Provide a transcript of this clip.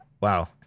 wow